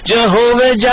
Jehovah